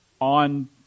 on